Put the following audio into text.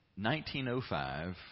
1905